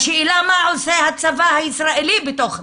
השאלה מה עושה הצבא הישראלי בתוך רמאללה.